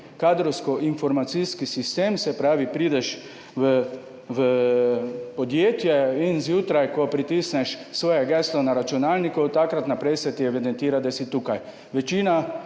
kadrovsko-informacijski sistem, se pravi, prideš v podjetje in zjutraj, ko pritisneš svoje geslo na računalniku, od takrat naprej se ti evidentira, da si tukaj. Večina